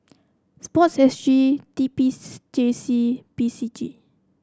sport S G T P J C P C G